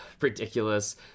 ridiculous